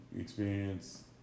experience